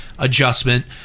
Adjustment